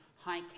high